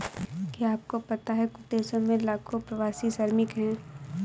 क्या आपको पता है कुछ देशों में लाखों प्रवासी श्रमिक हैं?